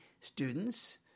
students